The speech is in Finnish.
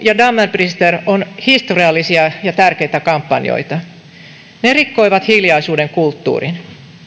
ja dammen brister ovat historiallisia ja tärkeitä kampanjoita ne rikkoivat hiljaisuuden kulttuurin